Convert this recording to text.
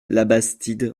labastide